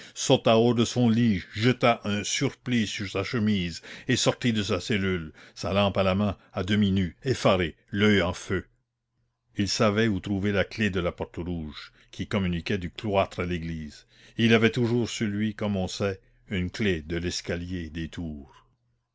sauta hors de son lit jeta un surplis sur sa chemise et sortit de sa cellule sa lampe à la main à demi nu effaré l'oeil en feu il savait où trouver la clef de la porte rouge qui communiquait du cloître à l'église et il avait toujours sur lui comme on sait une clef de l'escalier des tours